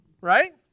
Right